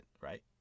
right